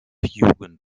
jugend